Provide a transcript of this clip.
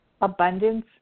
abundance